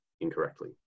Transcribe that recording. incorrectly